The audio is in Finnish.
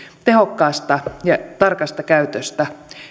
tehokkaasta ja tarkasta käytöstä